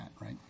right